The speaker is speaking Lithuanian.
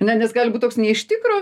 ne nes gali būt toks ne iš tikro